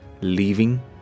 leaving